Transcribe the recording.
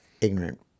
ignorant